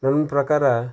ನನ್ನ ಪ್ರಕಾರ